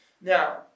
Now